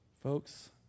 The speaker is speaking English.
Folks